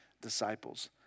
disciples